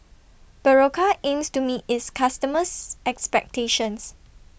Berocca aims to meet its customers' expectations